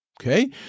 okay